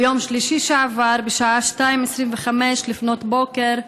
ביום שלישי שעבר, בשעה 02:25, לפנות בוקר,